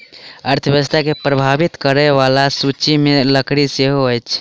अर्थव्यवस्था के प्रभावित करय बला सूचि मे लकड़ी सेहो अछि